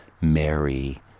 Mary